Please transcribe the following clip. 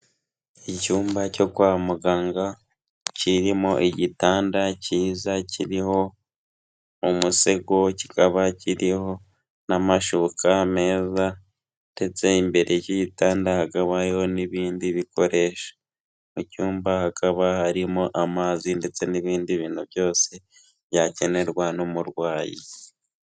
Icyumba cyo kwa muganga, kirimo igitanda cyiza kiriho umusego kikaba kiriho n'amashuka meza. Ndetsetse imbere y'igitanda hakaba hariho n'ibindi bikoresho, mu cyumba hakaba harimo amazi ndetse n'ibindi bintu byose byakenerwa n'umurwayi